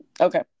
Okay